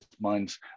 minds